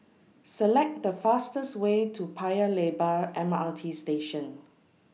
Select The fastest Way to Paya Lebar M R T Station